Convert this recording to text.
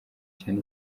cyane